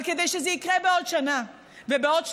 אבל כדי שזה יקרה בעוד שנה ובעוד שנתיים,